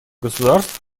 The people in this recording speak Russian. государств